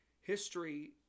history